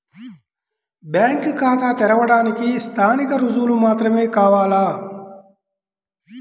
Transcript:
Bank ఖాతా తెరవడానికి స్థానిక రుజువులు మాత్రమే కావాలా?